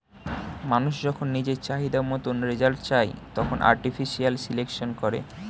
মানুষ যখন নিজের চাহিদা মতন রেজাল্ট চায়, তখন আর্টিফিশিয়াল সিলেকশন করে